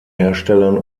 herstellern